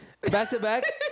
back-to-back